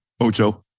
Ocho